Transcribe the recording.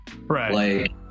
Right